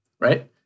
right